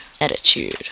attitude